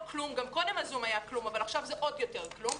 גם קודם ה-זום היה כלום אבל עכשיו זה עוד יותר כלום.